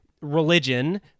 religion